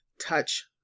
touch